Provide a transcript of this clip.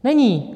Není.